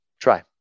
try